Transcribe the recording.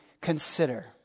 consider